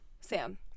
sam